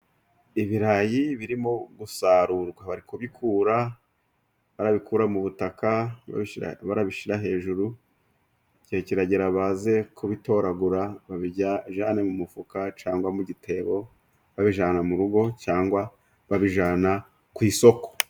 Ibirayi birimo gusarurwa, bari kubikura, barabikura mu butaka, barabishyira hejuru, igihe kiragera baze kubitoragura babijyane mu mufuka cyangwa mu gitebo, babijyana mu rugo cyangwa babijyana ku isoko.